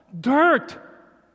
Dirt